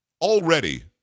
already